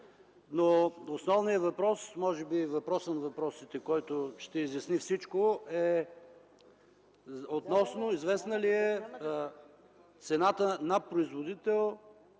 Основният въпрос, може би въпрос на въпросите, който ще изясни всичко, е: известна ли е цената на производител